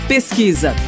Pesquisa